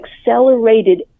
accelerated